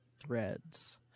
threads